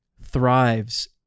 thrives